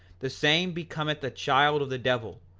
the same becometh a child of the devil,